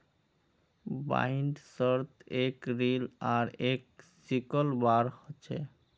बाइंडर्सत एक रील आर एक सिकल बार ह छे